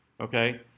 Okay